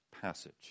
passage